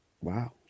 wow